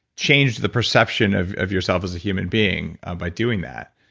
changed the perception of of yourself as a human being by doing that,